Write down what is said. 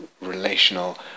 relational